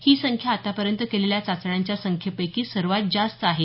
ही संख्या आतापर्यंत केलेल्या चाचण्यांच्या संख्येपैकी सर्वात जास्त आहे